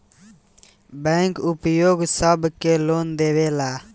bank उद्योग सब के लोन देवेला